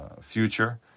future